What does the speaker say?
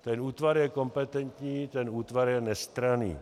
Ten útvar je kompetentní, ten útvar je nestranný.